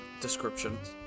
descriptions